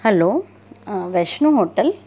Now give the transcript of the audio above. hello um Vaishno hotel